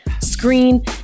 screen